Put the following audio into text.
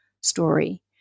story